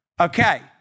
Okay